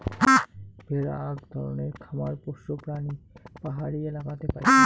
ভেড়া আক ধরণের খামার পোষ্য প্রাণী পাহাড়ি এলাকাতে পাইচুঙ